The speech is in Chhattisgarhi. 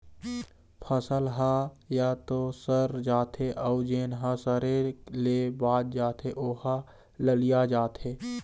फसल ह य तो सर जाथे अउ जेन ह सरे ले बाच जाथे ओ ह ललिया जाथे